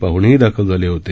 पाहणेही दाखल झाले होते